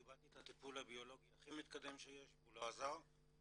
קיבלתי את הטיפול הביולוגי הכי מתקדם שיש והוא לא עזר.